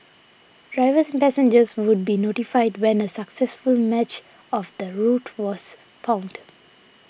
drivers and passengers would be notified when a successful match of the route was found